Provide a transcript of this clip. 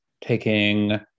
taking